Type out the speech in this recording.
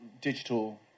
digital